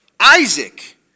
Isaac